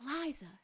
Liza